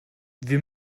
wir